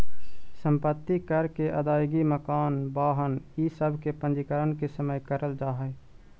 सम्पत्ति कर के अदायगी मकान, वाहन इ सब के पंजीकरण के समय करल जाऽ हई